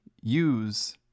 use